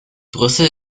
brüssel